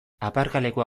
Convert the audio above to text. aparkalekua